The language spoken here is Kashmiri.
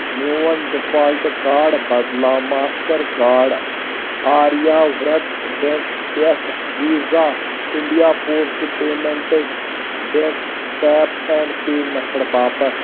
میون ڈیفالٹ کاڑ بدلاو ماسٹر کاڑ آریا ورٛت بیٚنٛک پٮ۪ٹھ Visa India post payments bank tap and pay method باپتھ